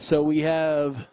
so we have